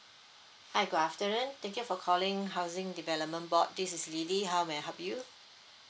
hi good afternoon thank you for calling housing development board this is lily how may I help you